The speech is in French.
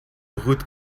routes